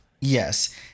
Yes